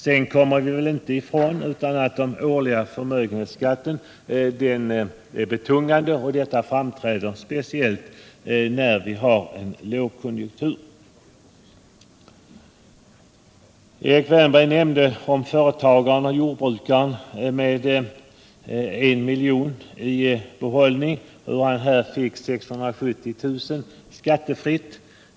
Man kommer inte ifrån att den årliga förmögenhetsskatten är betungande. Det framträder speciellt i en lågkonjunktur. Erik Wärnberg nämnde hur företagaren och jordbrukaren med en miljon i behållning skattefritt får 670 000 kr.